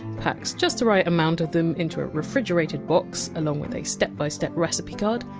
packs just the right amount of them into a refrigerated box along with a step-by-step recipe card,